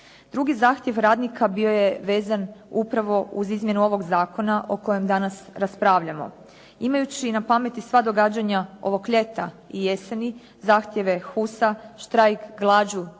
Drugi zahtjev radnika bio je vezan upravo uz izmjenu ovog zakona o kojem danas raspravljamo. Imajući na pameti sva događanja ovog ljeta i jeseni zahtjeve HUS-a, štrajk glađu